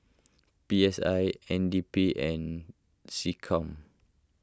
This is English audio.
P S I N D P and SecCom